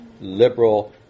liberal